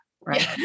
Right